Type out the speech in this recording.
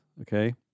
Okay